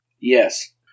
Yes